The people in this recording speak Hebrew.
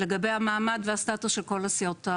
לגבי המעמד והסטטוס של כל הסיעות,